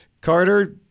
Carter –